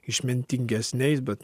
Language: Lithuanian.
išmintingesniais bet